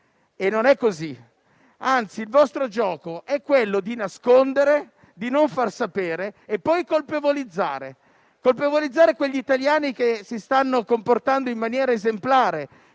Ma non è così; anzi, il vostro gioco è quello di nascondere, di non far sapere e poi di colpevolizzare quegli italiani che si stanno comportando in maniera esemplare.